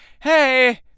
Hey